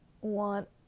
want